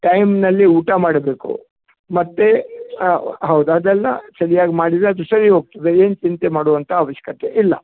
ಟೈಮಿನಲ್ಲಿ ಊಟ ಮಾಡಬೇಕು ಮತ್ತೆ ಹೌದು ಅದೆಲ್ಲ ಸರಿಯಾಗಿ ಮಾಡಿದರೆ ಅದು ಸರಿ ಹೋಗ್ತದೆ ಏನೂ ಚಿಂತೆ ಮಾಡುವಂಥ ಆವಶ್ಯಕತೆ ಇಲ್ಲ